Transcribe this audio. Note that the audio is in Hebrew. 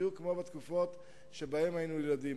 בדיוק כמו בתקופות שבהן ידענו זאת.